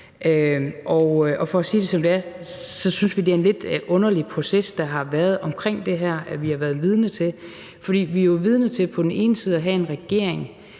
og for at sige det, som det er, synes vi, det er en lidt underlig proces, der har været omkring det her, som vi har været vidner til. For vi er jo vidner til på den ene side at have en regering,